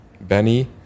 Benny